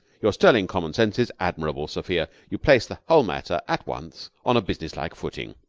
your sterling common sense is admirable, sophia. you place the whole matter at once on a businesslike footing.